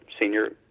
senior